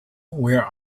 where